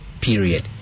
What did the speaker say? period